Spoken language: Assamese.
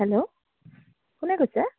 হেল্ল' কোনে কৈছে